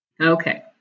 Okay